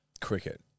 Cricket